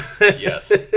Yes